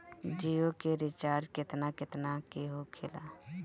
जियो के रिचार्ज केतना केतना के होखे ला?